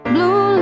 Blue